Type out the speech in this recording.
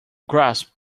grasp